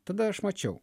tada aš mačiau